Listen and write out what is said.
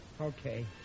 Okay